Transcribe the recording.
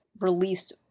released